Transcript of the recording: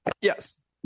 Yes